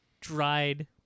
dried